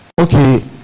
Okay